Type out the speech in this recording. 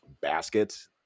baskets